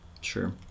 sure